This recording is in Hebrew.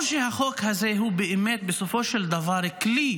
או שהחוק הזה הוא בסופו של דבר באמת כלי